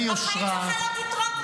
מי אתה שתקרא לו תת-רמה?